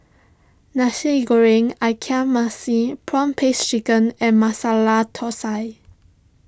Nasi Goreng Ikan Masin Prawn Paste Chicken and Masala Thosai